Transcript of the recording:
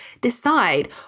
decide